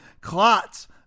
Clots